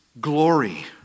glory